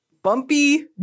bumpy